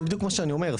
זה בדיוק מה שאני אומר,